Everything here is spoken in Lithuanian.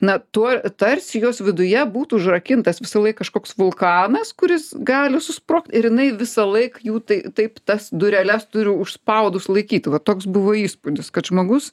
na tuo tarsi jos viduje būtų užrakintas visąlaik kažkoks vulkanas kuris gali susprogt ir jinai visąlaik jų tai taip tas dureles turi užspaudus laikyt va toks buvo įspūdis kad žmogus